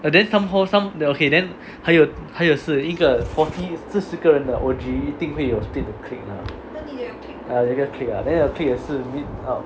but then somehow some the okay then 还有还有是一个 forty 四十个人的 O_G 一定会有 split the clique 的 mah ah 有一个 clique 的 then the clique 也是 meet up